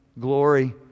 glory